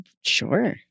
Sure